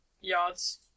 yards